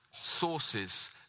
sources